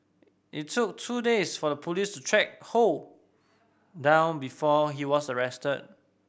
it took two days for the police track Ho down before he was arrested